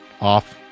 off